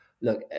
look